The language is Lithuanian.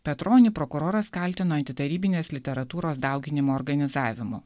petronį prokuroras kaltino antitarybinės literatūros dauginimo organizavimu